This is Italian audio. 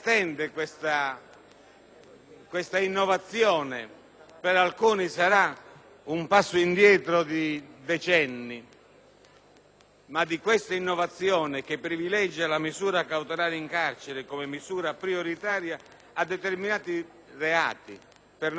estende questa innovazione, che privilegia la misura cautelare in carcere come misura prioritaria, a determinati reati per noi ugualmente gravi e non presi in considerazione. Si tratta di estendere questa misura al furto in abitazione